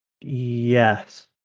Yes